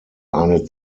eine